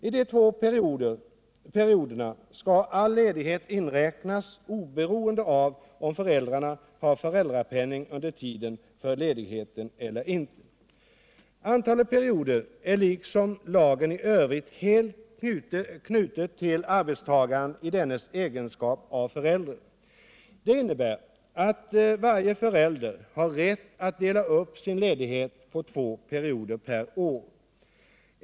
I de två perioderna skall all Antalet perioder är liksom lagen i övrigt helt knutet till arbetstagaren i dennes egenskap av förälder. Det innebär att varje förälder har rätt att dela upp sin ledighet på två perioder per år.